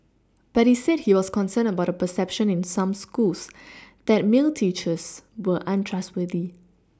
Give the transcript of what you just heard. but he said he was concerned about a perception in some schools that male teachers were untrustworthy